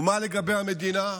ומה לגבי המדינה?